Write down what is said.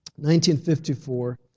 1954